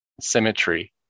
symmetry